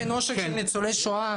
מה הקשר בין עושק של ניצולי שואה למבוטחים?